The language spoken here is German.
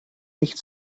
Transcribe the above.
nicht